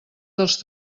dels